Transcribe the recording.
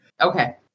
Okay